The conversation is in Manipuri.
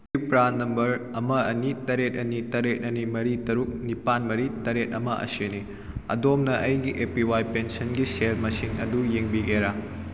ꯑꯩꯒꯤ ꯄ꯭ꯔꯥꯟ ꯅꯝꯕꯔ ꯑꯃ ꯑꯅꯤ ꯇꯔꯦꯠ ꯑꯅꯤ ꯇꯔꯦꯠ ꯑꯅꯤ ꯃꯔꯤ ꯇꯔꯨꯛ ꯅꯤꯄꯥꯜ ꯃꯔꯤ ꯇꯔꯦꯠ ꯑꯃ ꯑꯁꯤꯅꯤ ꯑꯗꯣꯝꯅ ꯑꯩꯒꯤ ꯑꯦ ꯄꯤ ꯋꯥꯏ ꯄꯦꯟꯁꯤꯟꯒꯤ ꯁꯦꯜ ꯃꯁꯤꯡ ꯑꯗꯨ ꯌꯦꯡꯕꯤꯒꯦꯔꯥ